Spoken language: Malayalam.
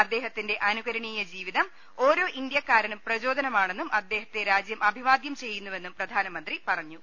അദ്ദേ ഹത്തിന്റെ അനുകരണീയ ജീവിതം ഓരോ ഇന്ത്യക്കാരനും പ്രചോ ദനമാണെന്നും അദ്ദേഹത്തെ രാജ്യം അഭിവാദ്യം ചെയ്യുന്നുവെന്നും പ്രധാനമന്ത്രി പറഞ്ഞു